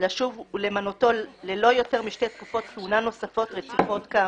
לשוב ולמנותו ללא יותר משתי תקופות כהונה נוספות רצופות כאמור.